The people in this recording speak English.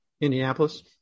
indianapolis